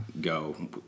go